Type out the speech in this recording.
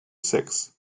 sex